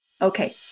Okay